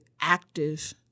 active